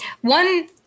One